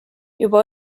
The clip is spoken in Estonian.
juba